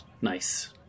Nice